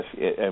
Yes